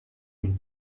une